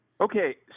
Okay